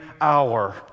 hour